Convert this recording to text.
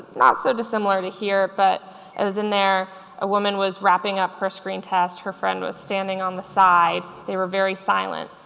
not so dissimilar to here but it was in there a woman was wrapping up her screen test, her friend was standing on the side, they were very silent.